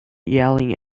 yelling